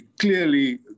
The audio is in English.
clearly